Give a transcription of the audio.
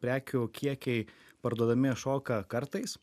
prekių kiekiai parduodami šoka kartais